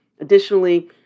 Additionally